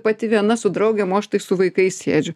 pati viena su draugėm o aš tai su vaikais sėdžiu